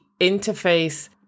interface